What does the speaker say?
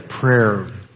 prayer